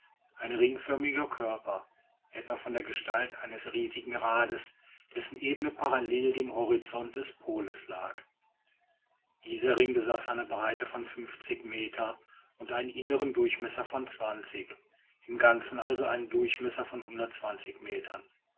ein ringförmiger körper etwa von der gestalt eines riesigen rades dessen ebene parallel dem horizont des poles lag dieser ring besaß eine breite von etwa fünfzig metern und einen inneren durchmesser von zwanzig im ganzen also einen durchmesser von metern